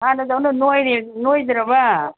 ꯍꯥꯟꯅꯗꯧꯅ ꯅꯣꯏꯔꯤ ꯅꯣꯏꯗ꯭ꯔꯕ